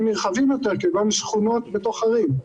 נרחבים יותר כמו שכונות בתוך ערים.